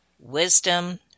wisdom